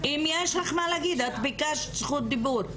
אם יש לך מה להגיד, את ביקשת זכות דיבור.